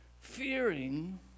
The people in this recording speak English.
fearing